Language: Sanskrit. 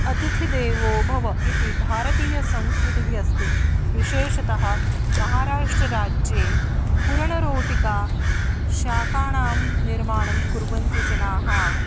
अतिथिदेवो भव इति भारतीयसंस्कृतिः अस्ति विशेषतः महाराष्ट्रराज्ये पूर्णरोटिका शाकाणां निर्माणं कुर्वन्ति जनाः